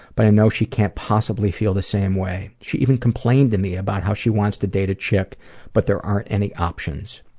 but i know she can't possibly feel the same way. she even complained to me about how she wants to date a chick but there aren't any options.